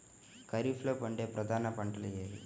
ఖరీఫ్లో పండే ప్రధాన పంటలు ఏవి?